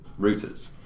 routers